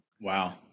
Wow